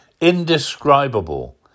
indescribable